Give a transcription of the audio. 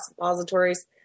suppositories